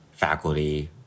faculty